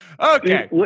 Okay